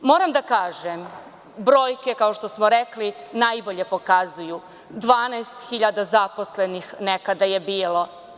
Moram da kažem, brojke, kao što smo rekli, najbolje pokazuju, 12 hiljada zaposlenih nekada je bilo.